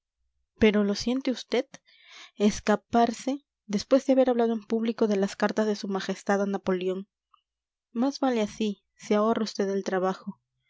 pero lo siente vd escaparse después de haber hablado en público de las cartas de su majestad a napoleón más vale así se ahorra vd el trabajo